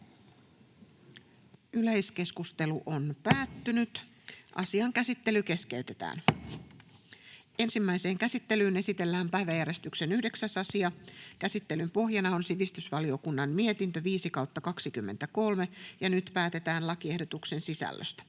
opintotukilain muuttamisesta Time: N/A Content: Ensimmäiseen käsittelyyn esitellään päiväjärjestyksen 9. asia. Käsittelyn pohjana on sivistysvaliokunnan mietintö SiVM 5/2023 vp. Nyt päätetään lakiehdotuksen sisällöstä.